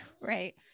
right